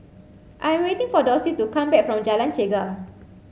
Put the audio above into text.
I waiting for Dorsey to come back from Jalan Chegar